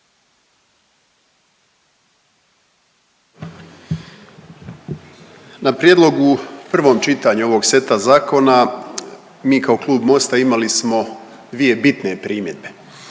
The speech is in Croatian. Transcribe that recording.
Na prijedlogu u prvom čitanju ovog seta zakona mi kao Klub MOST-a imali smo dvije bitne primjedbe.